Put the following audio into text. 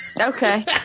Okay